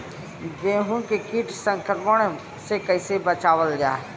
गेहूँ के कीट संक्रमण से कइसे बचावल जा?